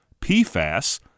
PFAS